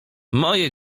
moje